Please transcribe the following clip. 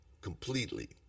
completely